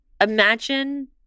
imagine